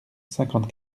cinquante